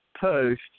post